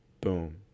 boom